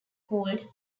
called